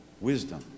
wisdom